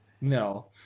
No